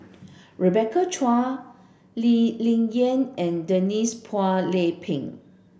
Rebecca Chua Lee Ling Yen and Denise Phua Lay Peng